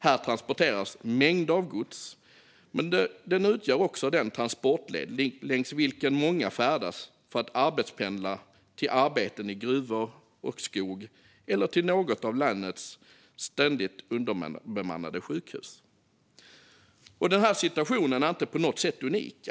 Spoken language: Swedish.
Här transporteras mängder av gods, men denna väg utgör också den transportled längs vilken många färdas för att arbetspendla till arbeten i gruvor och skog eller till något av länets ständigt underbemannade sjukhus. Den här situationen är inte på något sätt unik.